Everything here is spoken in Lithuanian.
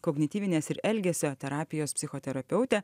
kognityvinės ir elgesio terapijos psichoterapeutė